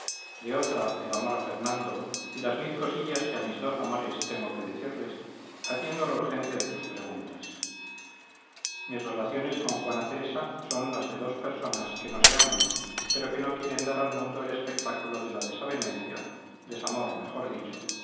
de otra el amor a fernando y las mil cosillas que a mis dos amores tengo que decirles atiendo a la urgencia de tus preguntas mis relaciones con juana teresa son las de dos personas que no se aman pero que no quieren dar al mundo el espectáculo de la desavenencia desamor mejor dicho